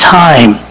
time